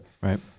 Right